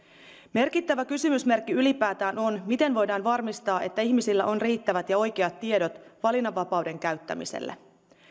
merkittävä kysymysmerkki ylipäätään on miten voidaan varmistaa että ihmisillä on riittävät ja oikeat tiedot valinnanvapauden käyttämiseen